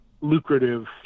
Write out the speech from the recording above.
lucrative